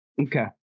Okay